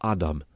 Adam